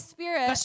Spirit